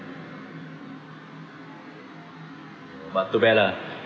but too bad lah